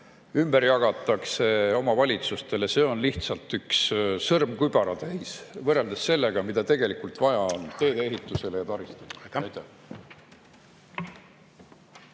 ümber jagatakse omavalitsustele, on lihtsalt üks sõrmkübaratäis, võrreldes sellega, mida tegelikult on vaja teedeehitusele ja taristule.